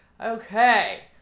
Okay